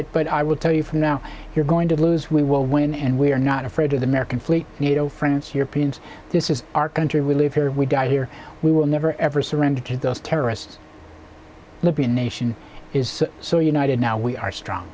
it but i will tell you for now you're going to lose we will win and we are not afraid of the american fleet nato france europeans this is our country we live here we die here we will never ever surrender to those terrorists libyan nation is so united now we are strong